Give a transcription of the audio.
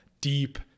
deep